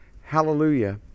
hallelujah